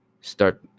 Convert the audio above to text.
start